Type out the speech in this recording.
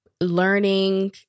learning